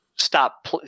Stop